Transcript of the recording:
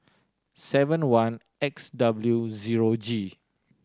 seven one X W zero G